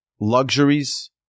luxuries